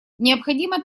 необходимо